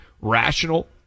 rational